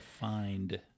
find